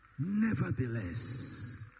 Nevertheless